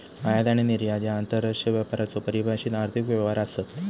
आयात आणि निर्यात ह्या आंतरराष्ट्रीय व्यापाराचो परिभाषित आर्थिक व्यवहार आसत